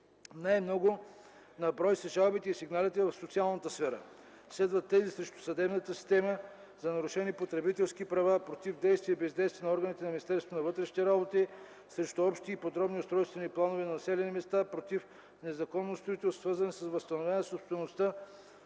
Най-много на брой са жалбите и сигналите в социалната сфера. Следват тези срещу съдебната система; за нарушени потребителски права; против действия и бездействия на органите на МВР; срещу Общи устройствени и Подробни устройствени планове на населени места; против незаконно строителство; свързани с възстановяване собствеността